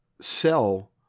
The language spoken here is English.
sell